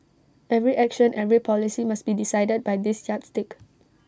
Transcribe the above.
every action every policy must be decided by this yardstick